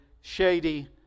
shady